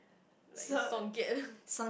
like Songket